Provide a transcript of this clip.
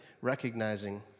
recognizing